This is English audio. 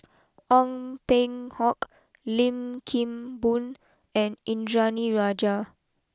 Ong Peng Hock Lim Kim Boon and Indranee Rajah